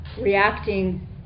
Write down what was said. reacting